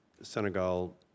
Senegal